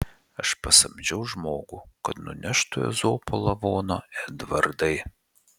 aš pasamdžiau žmogų kad nuneštų ezopo lavoną edvardai